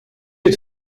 est